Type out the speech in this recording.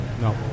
No